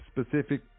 specific